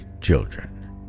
children